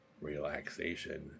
relaxation